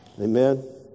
Amen